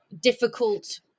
difficult